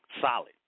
solid